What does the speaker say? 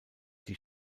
die